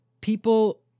people